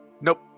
Nope